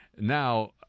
Now